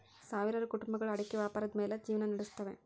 ಸಾವಿರಾರು ಕುಟುಂಬಗಳು ಅಡಿಕೆ ವ್ಯಾಪಾರದ ಮ್ಯಾಲ್ ಜಿವ್ನಾ ನಡಸುತ್ತವೆ